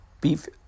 beef